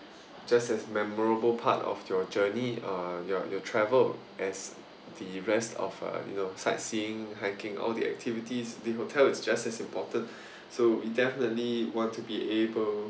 just as memorable part of your journey uh your your travel as the rest of uh you know sightseeing hiking all the activities the hotel is just as important so we definitely want to be able